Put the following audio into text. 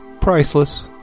priceless